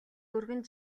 өргөн